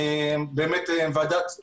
חושב שהוועדה